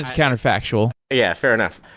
it's kind of factual. yeah, fair enough.